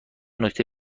نکته